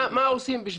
מה עושים?